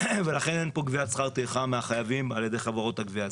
ולכן אין פה גביית שכר טרחה מהחייבים על ידי חברות הגבייה,